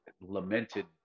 lamented